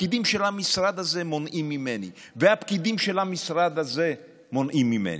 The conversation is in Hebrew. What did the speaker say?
הפקידים של המשרד הזה מונעים ממני והפקידים של המשרד הזה מונעים ממני.